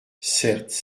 certes